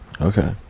Okay